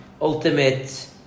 ultimate